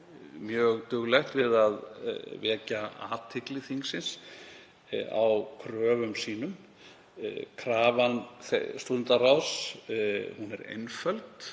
mjög duglegt við að vekja athygli þingsins á kröfum sínum. Krafa stúdentaráðs er einföld,